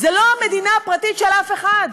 זו לא המדינה הפרטית של אף אחד.